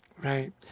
Right